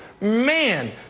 Man